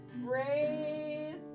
raise